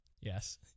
Yes